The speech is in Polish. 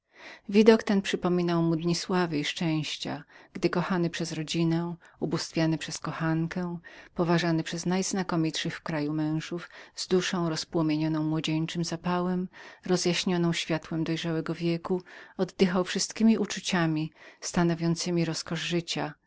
widok ten przypominał mu dni sławy i szczęścia gdy kochany od rodziny ubóstwiany od kochanki poważany od najznakomitszych w kraju mężów z duszą rozpłomienioną młodzieńczym zapałem rozjaśnioną światłem dojrzałego wieku oddychał wszystkiemi uczuciami stanowiącemi roskosz życia